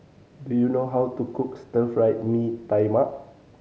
do you know how to cook Stir Fried Mee Tai Mak